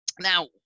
Now